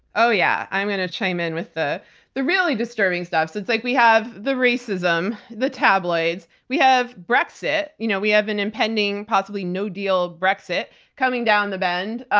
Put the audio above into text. oh yeah. i'm going to chime in with the the really disturbing stuff. so it's like we have the racism, the tabloids. we have brexit. you know we have an impending, possibly no-deal brexit coming down the bend.